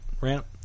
rant